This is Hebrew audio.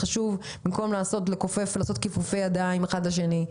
במקום לעשות כיפופי ידיים אחד לשני.